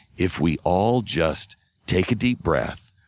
if we all just take a deep breath,